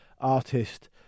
artist